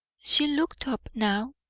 she looked up now,